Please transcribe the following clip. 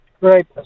right